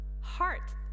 heart